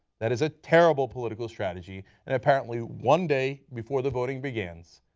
that is a terrible political strategy, and apparently one day before the voting begins,